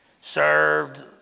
served